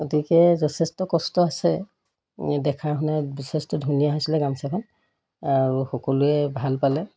গতিকে যথেষ্ট কষ্ট আছে দেখাই শুনাই যথেষ্ট ধুনীয়া হৈছিলে গামোচাখন আৰু সকলোৱে ভাল পালে